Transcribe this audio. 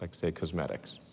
like say, cosmetics.